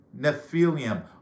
Nephilim